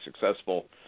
successful